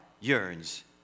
yearns